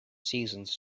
seasons